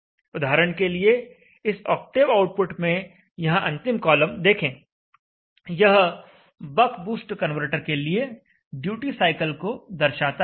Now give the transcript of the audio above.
उदाहरण के लिए इस ऑक्टेव आउटपुट में यहां अंतिम कॉलम देखें यह बक बूस्ट कन्वर्टर के लिए ड्यूटी साइकिल को दर्शाता है